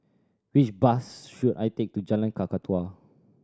which bus should I take to Jalan Kakatua